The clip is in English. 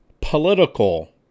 political